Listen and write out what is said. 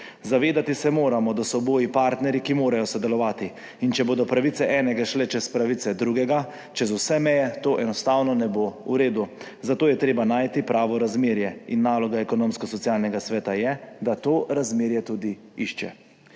Zavedati se moramo, da so oboji partnerji, ki morajo sodelovati, in če bodo pravice enega šle čez pravice drugega, čez vse meje, to enostavno ne bo v redu. Zato je treba najti pravo razmerje in naloga Ekonomsko-socialnega sveta je, da to razmerje tudi išče.